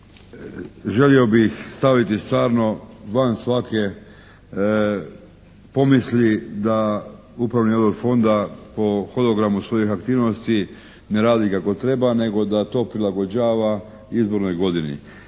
želio bih staviti stvarno van svake pomisli da upravni odbor Fonda po hodogramu svojih aktivnosti ne radi kako treba nego da to prilagođava izbornoj godini.